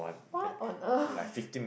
what on earth